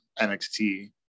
NXT